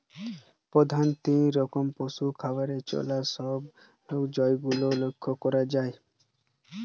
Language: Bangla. প্রধাণত তিন রকম পশুর খাবারের চল সব জায়গারে লক্ষ করা যায়